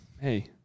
Hey